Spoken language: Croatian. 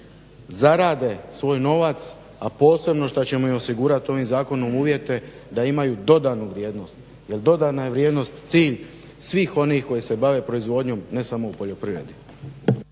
zarade svoj novac, a posebno što ćemo im osigurati ovim zakonom uvjete da imaju dodanu vrijednost jel dodana je vrijednost cilj svih onih koji se bave proizvodnjom ne samo u poljoprivredi.